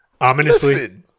ominously